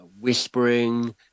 whispering